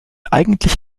eigentlich